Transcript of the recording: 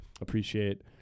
appreciate